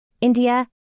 India